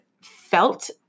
felt